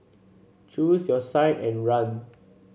choose your side and run